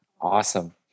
Awesome